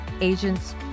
agents